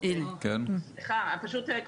למעט תהליך מנהלי שבינתיים לא מרתיע כל